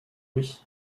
lui